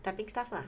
typing stuff lah